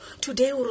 Today